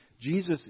Jesus